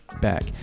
back